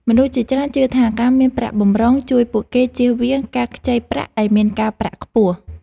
មនុស្សជាច្រើនជឿថា ការមានប្រាក់បម្រុងជួយពួកគេចៀសវាងការខ្ចីប្រាក់ដែលមានការប្រាក់ខ្ពស់។